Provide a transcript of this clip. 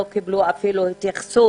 לא קיבלו אפילו התייחסות: